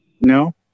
No